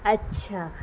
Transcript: اچھا